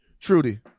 Trudy